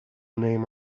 name